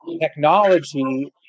technology